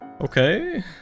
okay